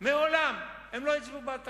הם מעולם לא הצביעו בעד תקציב.